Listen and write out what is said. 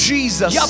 Jesus